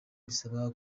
bisaba